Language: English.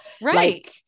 Right